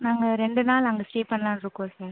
நாங்கள் ரெண்டு நாள் அங்கே ஸ்டே பண்ணலான்ருக்கோம் சார்